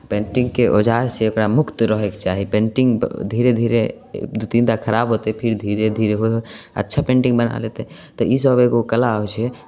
पेन्टिंगके औजारसँ ओकरा मुक्त रहयके चाही पेन्टिंग धीरे धीरे दू तीन टा खराब होतै फेर धीरे धीरे होइ हइ अच्छा पेन्टिंग बना लेतै तऽ इसभ एगो कला होइ छै